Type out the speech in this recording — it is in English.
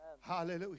Hallelujah